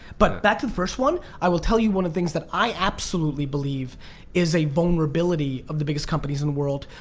but back to the first one, i will tell you one of the things that i absolutely believe is a vulnerability of the biggest companies in the world,